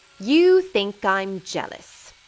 you think i'm jealous.